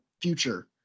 future